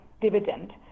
dividend